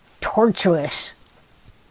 tortuous